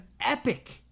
Epic